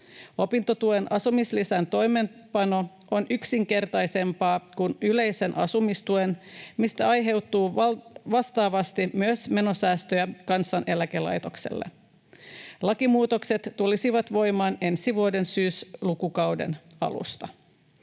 Opintotuen asumislisän toimeenpano on yksinkertaisempaa kuin yleisen asumistuen, mistä aiheutuu vastaavasti myös menosäästöjä Kansaneläkelaitokselle. Lakimuutokset tulisivat voimaan ensi vuoden syyslukukauden alusta.